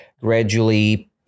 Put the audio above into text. gradually